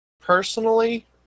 Personally